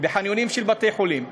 בחניונים של בתי-חולים.